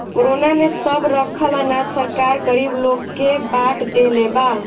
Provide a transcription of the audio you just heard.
corona में सब रखल अनाज सरकार गरीब लोग के बाट देहले बा